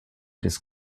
des